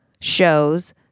shows